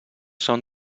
són